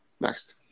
Next